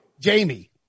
Jamie